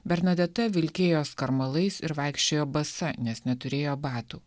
bernadeta vilkėjo skarmalais ir vaikščiojo basa nes neturėjo batų